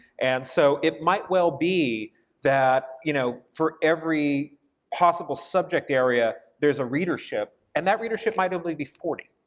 and so it might well be that, you know, for every possible subject area, there's a readership, and that readership might only be forty,